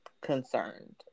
concerned